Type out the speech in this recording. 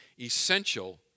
essential